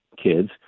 kids